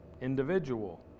Individual